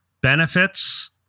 Benefits